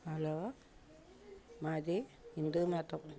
hello మాది హిందూ మతం